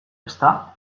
ezta